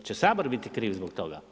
Hoće Sabor biti kriv zbog toga?